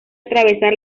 atravesar